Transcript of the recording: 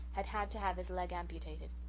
had had to have his leg amputated.